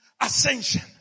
ascension